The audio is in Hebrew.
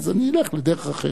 אני אלך לדרך אחרת.